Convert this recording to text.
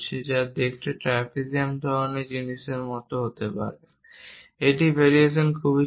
যা দেখতে ট্রাপিজিয়াম ধরণের জিনিসের মতো হতে পারে এই ভেরিয়েশনগুলি খুব ছোট